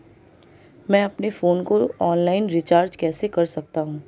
मैं अपने फोन को ऑनलाइन रीचार्ज कैसे कर सकता हूं?